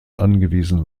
angewiesen